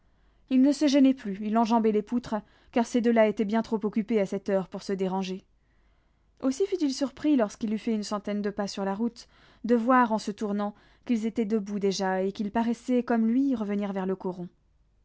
il ne se gênait plus il enjambait les poutres car ces deux là étaient bien trop occupés à cette heure pour se déranger aussi fut-il surpris lorsqu'il eut fait une centaine de pas sur la route de voir en se tournant qu'ils étaient debout déjà et qu'ils paraissaient comme lui revenir vers le coron